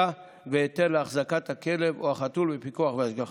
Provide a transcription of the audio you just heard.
והיתר להחזקת הכלב או החתול בפיקוח והשגחה.